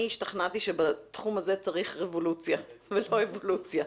אני השתכנעתי שבתחום הזה צריך רבולוציה ולא אבולוציה.